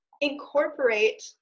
Incorporate